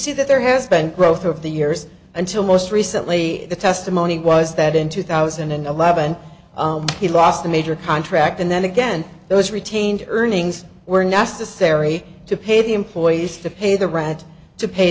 see that there has been growth of the years until most recently the testimony was that in two thousand and eleven he lost a major contract and then again those retained earnings were nasa serry to pay the employees to pay the rent to pay